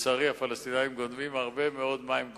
לצערי הפלסטינים גונבים הרבה מאוד מים.